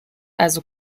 also